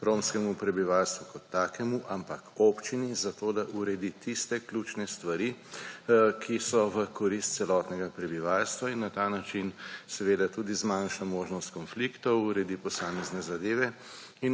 romskemu prebivalstvu kot takemu, ampak občini za to, da uredi tiste ključne stvari, ki so v korist celotnega prebivalstva in na ta način seveda tudi zmanjša možnost konfliktov, uredi posamezne zadeve